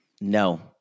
No